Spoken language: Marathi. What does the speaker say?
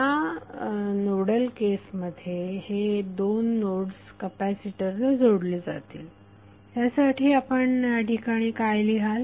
या नोडल केसमध्ये हे दोन नोड्स कपॅसिटरने जोडले जातील यासाठी आपण या ठिकाणी काय लिहाल